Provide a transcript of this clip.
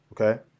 Okay